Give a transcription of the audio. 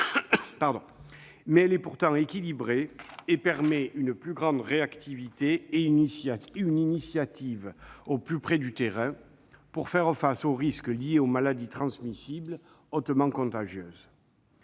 mais elle est équilibrée et permet une plus grande réactivité et une initiative au plus près du terrain pour faire face aux risques liés aux maladies transmissibles hautement contagieuses.